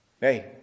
hey